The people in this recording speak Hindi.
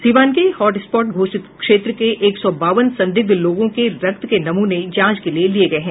सीवान के हॉटस्पॉट घोषित क्षेत्र के एक सौ बावन संदिग्ध लोगों के रक्त के नमूने जांच के लिए लिये गये हैं